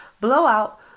blowout